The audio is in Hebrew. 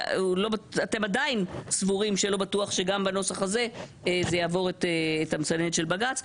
ואתם עדיין סבורים שלא בטוח שגם בנוסח הזה זה יעבור את המסננת של בג"צ.